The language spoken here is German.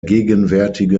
gegenwärtige